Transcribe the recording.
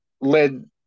Led